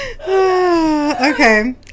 Okay